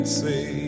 say